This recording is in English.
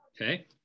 Okay